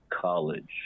college